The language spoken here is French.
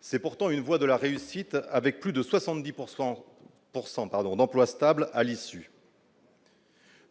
C'est pourtant une voie de la réussite avec plus de 70 % pourcent pardon pardon d'emploi stable à l'issue.